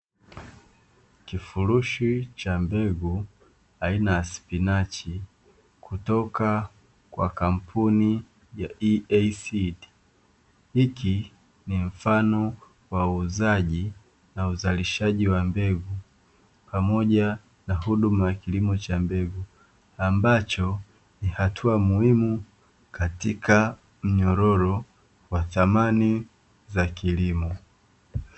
Kifurushi cha mbegu aina ya spinachi kutoka kwa kampuni ya "EAC" hiki ni mfano wa uuzaji na uzalishaji wa mbegu pamoja na huduma ya kilimo cha mbegu, ambacho ni hatua muhimu katika mnyororo wa thamani za kilimo.